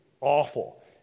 awful